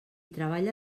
treballa